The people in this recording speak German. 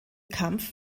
kampf